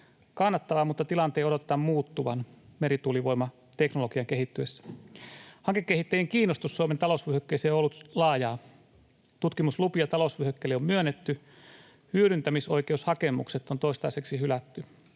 kannattavaa, mutta tilanteen odotetaan muuttuvan merituulivoimateknologian kehittyessä. Hankekehittäjien kiinnostus Suomen talousvyöhykkeeseen on ollut laajaa. Tutkimuslupia talousvyöhykkeille on myönnetty. Hyödyntämisoikeushakemukset on toistaiseksi hylätty.